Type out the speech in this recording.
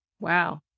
Wow